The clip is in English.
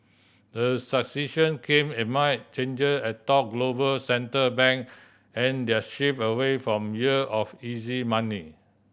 the succession come amid changer atop global central bank and their shift away from year of easy money